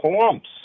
clumps